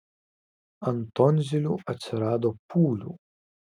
ant tonzilių atsirado pūlių